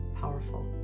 powerful